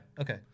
Okay